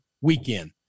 weekend